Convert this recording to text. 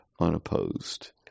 unopposed